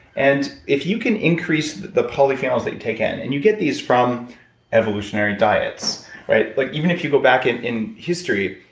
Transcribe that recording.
and if you can increase the polyphenols that you take in. and you get these from evolutionary diets like even if you go back in in history,